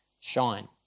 shine